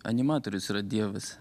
animatorius yra dievas